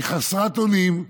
היא חסרת אונים,